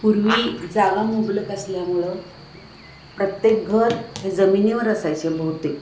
पूर्वी जागा मुबलक असल्यामुळं प्रत्येक घर हे जमिनीवर असायचे बहुतेक